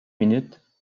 minutes